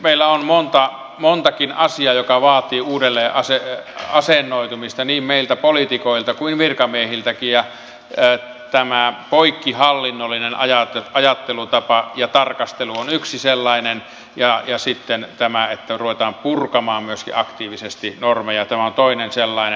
meillä on montakin asiaa jotka vaativat uudelleen asennoitumista niin meiltä poliitikoilta kuin virkamiehiltäkin ja tämä poikkihallinnollinen ajattelutapa ja tarkastelu on yksi sellainen ja sitten tämä että ruvetaan purkamaan myöskin aktiivisesti normeja on toinen sellainen